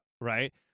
right